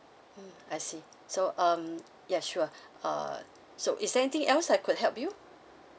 mm I see so um ya sure uh so is there anything else I could help you